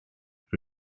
rydw